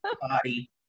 body